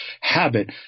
habit